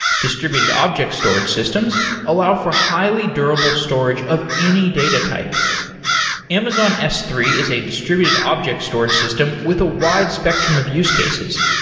distributed object storage systems allow for highly durable storage of any data type amazon s three is a distributed object storage system with a wide spectrum of use cases.